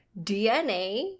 DNA